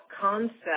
concept